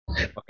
Okay